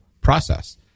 process